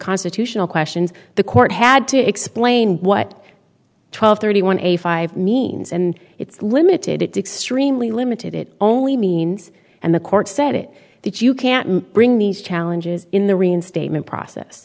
constitutional questions the court had to explain what twelve thirty one a five means and it's limited it to extremely limited it only means and the court said it that you can't bring these challenges in the reinstatement process